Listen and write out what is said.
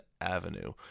avenue